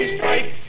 Strike